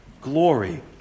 glory